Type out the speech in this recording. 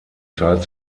teilt